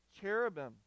cherubim